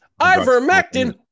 ivermectin